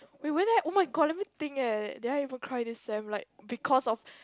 we wait it oh-my-god let me think eh did I ever cry this sem like because of